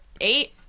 eight